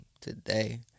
today